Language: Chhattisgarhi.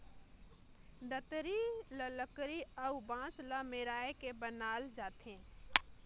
दँतरी ल लकरी अउ बांस ल मेराए के बनाल जाथे